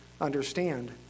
understand